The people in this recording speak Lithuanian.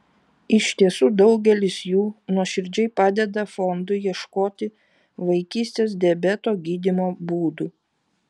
iš tiesų daugelis jų nuoširdžiai padeda fondui ieškoti vaikystės diabeto gydymo būdų